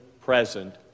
present